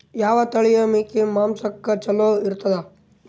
ಯಾವ ತಳಿಯ ಮೇಕಿ ಮಾಂಸಕ್ಕ ಚಲೋ ಇರ್ತದ?